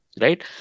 right